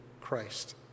Christ